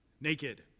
naked